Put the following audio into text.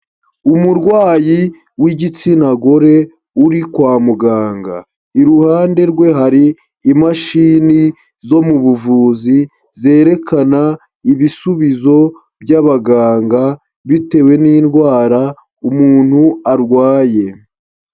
Umurwayi w'igitsina gore uri kwa muganga, iruhande rwe hari imashini zo mu buvuzi, zerekana ibisubizo by'abaganga bitewe n'indwara umuntu arwaye.